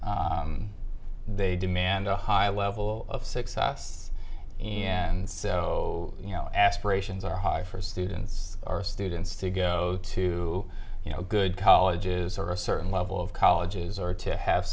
that they demand a high level of success the end so you know aspirations are high for students or students to go to you know good colleges or a certain level of colleges